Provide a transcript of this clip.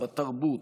בתרבות,